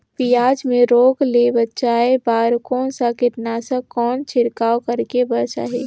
पियाज मे रोग ले बचाय बार कौन सा कीटनाशक कौन छिड़काव करे बर चाही?